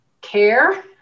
care